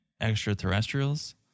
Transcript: extraterrestrials